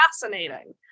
fascinating